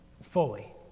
fully